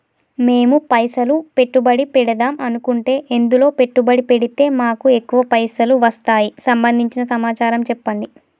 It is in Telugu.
మేము పైసలు పెట్టుబడి పెడదాం అనుకుంటే ఎందులో పెట్టుబడి పెడితే మాకు ఎక్కువ పైసలు వస్తాయి సంబంధించిన సమాచారం చెప్పండి?